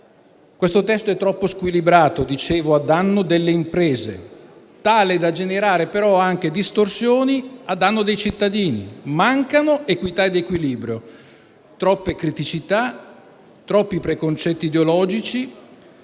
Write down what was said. Il testo è troppo squilibrato, come dicevo, a danno delle imprese, tale da generare allo stesso tempo distorsioni a danno dei cittadini: mancano equità ed equilibrio; troppe criticità, troppi preconcetti ideologici.